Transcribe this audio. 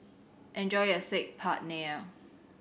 enjoy your Saag Paneer